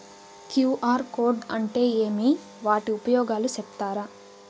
QR code అంటే ఏమి వాటి ఉపయోగాలు సెప్తారా?